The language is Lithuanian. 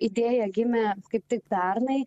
idėja gimė kaip tik pernai